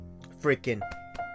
Freaking